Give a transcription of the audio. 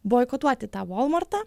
boikotuoti tą volmartą